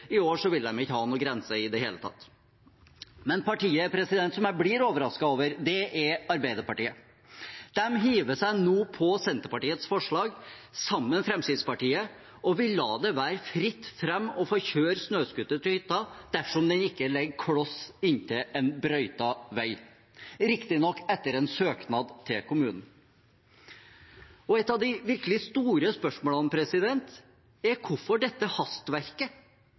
I år vil de ikke ha noen grense i det hele tatt. Men partiet som jeg blir overrasket over, er Arbeiderpartiet. De hiver seg nå på Senterpartiets forslag, sammen med Fremskrittspartiet, og vil la det være fritt fram å få kjøre snøscooter til hytta dersom den ikke ligger kloss inntil en brøytet vei – riktignok etter en søknad til kommunen. Et av de virkelig store spørsmålene er: Hvorfor dette hastverket?